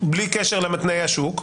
בלי קשר לתנאי השוק,